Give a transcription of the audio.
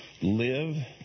live